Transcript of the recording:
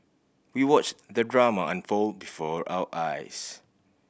we watched the drama unfold before our eyes